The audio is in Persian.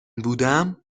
بودم